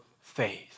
faith